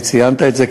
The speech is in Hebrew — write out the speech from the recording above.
שציינת את זה,